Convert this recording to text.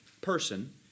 person